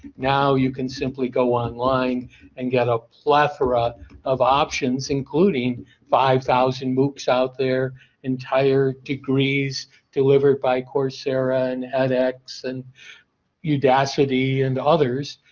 now, you can simply go online and get a plethora of options including five thousand books out their entire degrees delivered by coursera and edex and udacity and others.